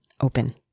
open